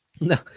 no